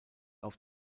auf